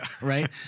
right